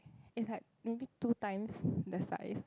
is like maybe two times the size